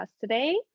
today